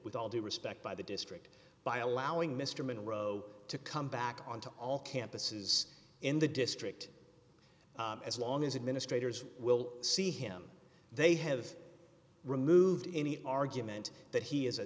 with all due respect by the district by allowing mr monroe to come back on to all campuses in the district as long as administrators will see him they have removed any argument that he is